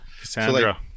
Cassandra